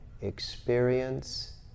experience